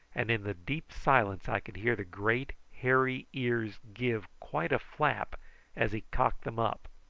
and in the deep silence i could hear the great hairy ears give quite a flap as he cocked them up.